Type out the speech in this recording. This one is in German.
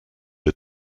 der